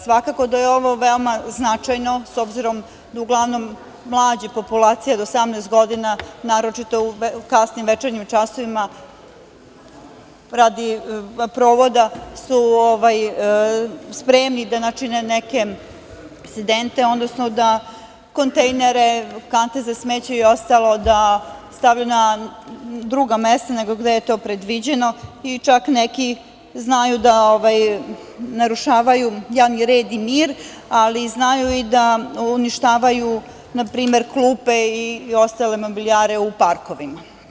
Svakako da je ovo veoma značajno, s obzirom da uglavnom mlađe populacije od 18 godina, naročito u kasnim večernjim časovima radi provoda su spremni da načine neke incidente, odnosno da kontejnere, kante za smeće i ostalo, da stavljaju na druga mesta nego gde je to predviđeno i čak neki znaju da narušavaju javni red i mir, ali znaju i da uništavaju na primer klupe i ostale mobilijare u parkovima.